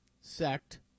sect